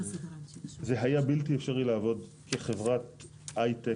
זה היה בלתי אפשרי לעבוד כחברת הייטק,